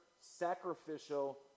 sacrificial